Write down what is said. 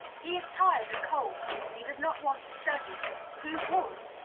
he is tired and cold he does not want to study who would?